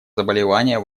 заболевания